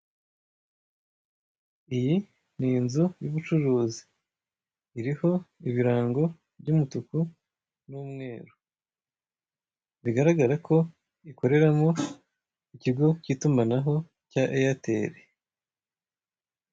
Iyi ni inzu y'ubucuruzi iriho ibirango by'umutuku n'umweru bigaragara ko ikoreramo ikigo k'itumanaho cya eyateri.